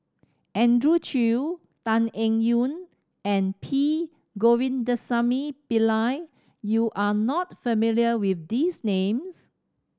Andrew Chew Tan Eng Yoon and P Govindasamy Pillai you are not familiar with these names